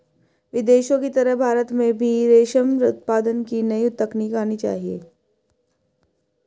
विदेशों की तरह भारत में भी रेशम उत्पादन की नई तकनीक आनी चाहिए